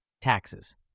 Taxes